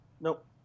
Nope